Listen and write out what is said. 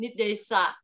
Nidesa